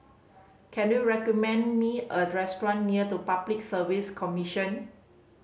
can you recommend me a restaurant near the Public Service Commission